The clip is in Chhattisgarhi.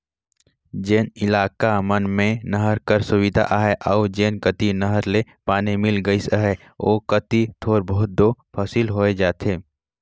जेन इलाका मन में नहर कर सुबिधा अहे अउ जेन कती नहर ले पानी मिल गइस अहे ओ कती थोर बहुत दो फसिल होए जाथे